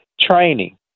training